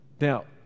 Now